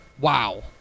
Wow